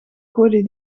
gooide